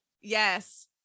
Yes